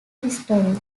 history